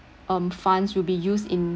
um funds will be used in